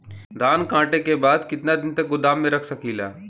धान कांटेके बाद कितना दिन तक गोदाम में रख सकीला?